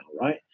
right